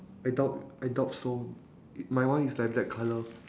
I doubt I doubt so my one is like black colour